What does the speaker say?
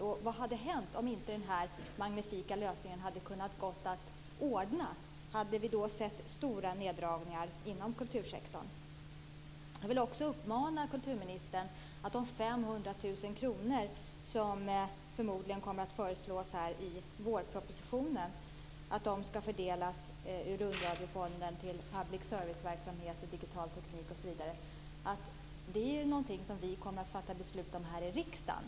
Vad hade hänt om inte den här magnifika lösningen hade gått att ordna? Hade vi då sett stora neddragningar inom kultursektorn? Jag har också en uppmaning till kulturministern. De 500 000 kr ur Rundradiofonden som i vårpropositionen förmodligen kommer att föreslås fördelas till public service-verksamhet, digital teknik osv. är ju något som vi kommer att fatta beslut om här i riksdagen.